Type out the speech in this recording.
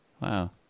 Wow